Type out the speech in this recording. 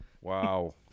Wow